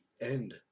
end